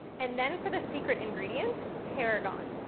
and then for the secret ingredient, tarragon.